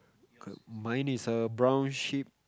mine is a brown sheep